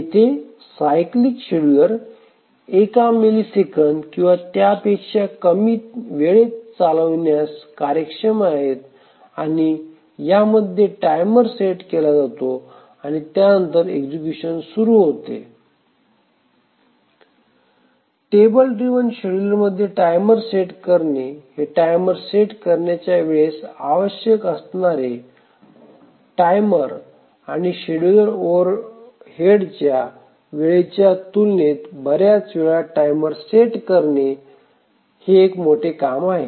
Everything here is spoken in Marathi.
येथे सायक्लीक शेड्यूलर एक मिलिसेकंद किंवा त्यापेक्षा कमी वेळेत चालविण्यात कार्यक्षम आहेत आणि यामध्ये टाइमर सेट केला जातो आणि त्यानंतर एक्सक्युशन सुरु होते टेबल ड्राईव्ह शेड्युलरमध्ये टाइमर सेट करणे हे टायमर सेट करण्याच्या वेळेस आवश्यक असणारे टायमर आणि शेड्यूलर ओव्हरहेडच्या वेळेच्या तुलनेत बर्याच वेळा टाइमर सेट करणे आणि टाइमर सेट करणे हे एक मोठे काम आहे